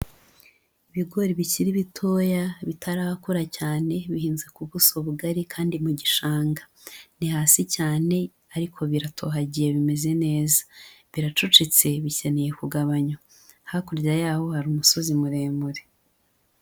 Ibigori bikiri bitoya bitarakura cyane bihinze ku buso bugari kandi mu gishanga, ni hasi cyane ariko biratohagiye bimeze neza. Biracucitse bikeneye kugabanywa. Hakurya yaho hari umusozi muremure.